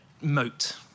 moat